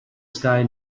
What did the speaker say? sky